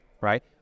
right